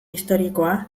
historikoa